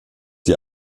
die